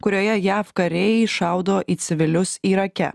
kurioje jav kariai šaudo į civilius irake